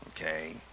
okay